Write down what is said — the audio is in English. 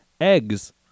Eggs